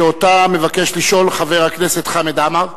שאותה מבקש לשאול חבר הכנסת חמד עמאר,